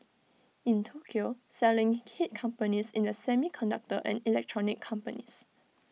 in Tokyo selling hit companies in the semiconductor and electronics companies